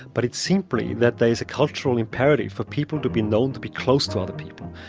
but it's simply that there is a cultural imperative for people to be known to be close to other people.